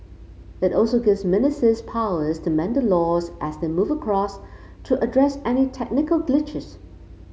it also gives ministers powers to amend the laws as they move across to address any technical glitches